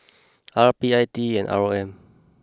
R P I T E and R O M